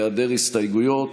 בהיעדר הסתייגויות,